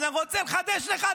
אז אני רוצה לחדש לך,